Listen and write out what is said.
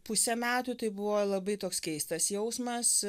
pusę metų tai buvo labai toks keistas jausmas